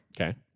Okay